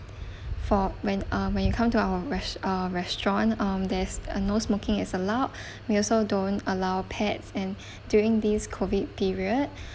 for when uh when you come to our rest~ uh restaurant um there's uh no smoking is allowed we also don't allow pets and during this COVID period